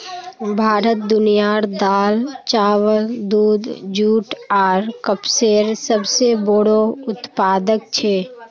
भारत दुनियार दाल, चावल, दूध, जुट आर कपसेर सबसे बोड़ो उत्पादक छे